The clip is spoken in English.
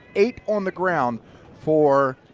eight on the ground for